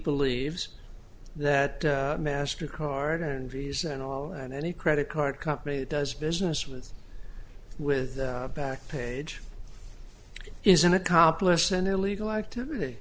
believes that master card and visa and all and any credit card company that does business with with back page is an accomplice in illegal activity